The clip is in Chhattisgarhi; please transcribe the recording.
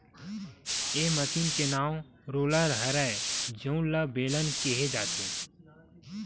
ए मसीन के नांव रोलर हरय जउन ल बेलन केहे जाथे